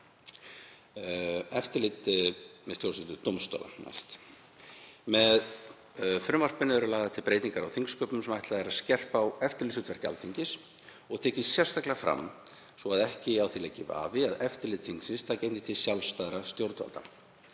Eftirlit með stjórnsýslu dómstóla. Með frumvarpinu eru lagðar til breytingar á þingsköpum sem ætlað er að skerpa á eftirlitshlutverki Alþingis og tekið sérstaklega fram, svo á því leiki ekki vafi, að eftirlit þingsins taki einnig til sjálfstæðra stjórnvalda.